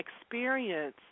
experience